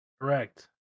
Correct